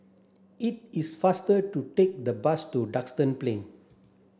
it is faster to take the bus to Duxton Plain